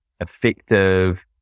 effective